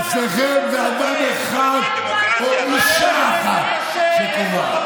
אצלכם זה אדם אחד או אישה אחת שקובעת.